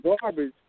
garbage